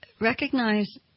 recognize